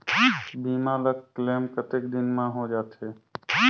बीमा ला क्लेम कतेक दिन मां हों जाथे?